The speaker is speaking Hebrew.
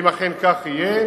אם אכן כך יהיה,